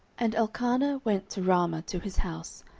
and elkanah went to ramah to his house.